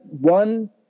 one